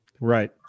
Right